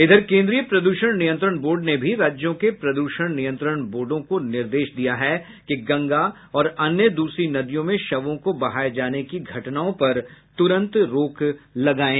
इधर केन्द्रीय प्रद्षण नियंत्रण बोर्ड ने भी राज्यों के प्रद्षण नियंत्रण बोर्डों को निर्देश दिया है कि गंगा और अन्य दूसरी नदियों में शवों को बहाये जाने की घटनाओं पर तुरंत रोक लगाये